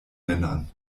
männern